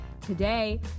Today